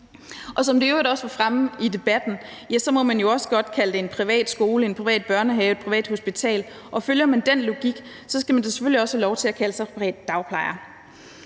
også var fremme i debatten, må man jo også godt kalde det en privat skole, en privat børnehave, et privat hospital, og følger man den logik, skal man da selvfølgelig også have lov til at kalde sig privat dagplejer.